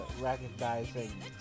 recognizing